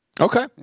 Okay